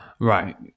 Right